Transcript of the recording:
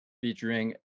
featuring